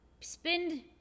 spend